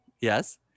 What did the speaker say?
Yes